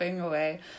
away